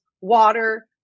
water